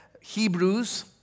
Hebrews